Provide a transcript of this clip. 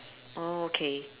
oh okay